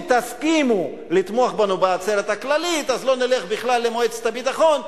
אם תסכימו לתמוך בנו בעצרת הכללית לא נלך בכלל למועצת הביטחון.